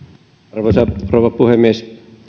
arvoisa rouva puhemies